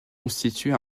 constitue